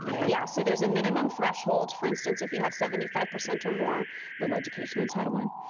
yeah yeah, so there's a minimum threshold. for instance, if you have seventy five percent or more little education entitlement,